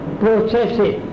processes